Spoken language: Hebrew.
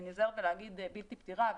אני נזהרת ולהגיד בלתי פתירה,